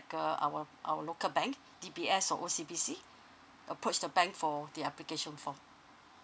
a our our local bank D_B_S or O_C_B_C approach the bank for the application form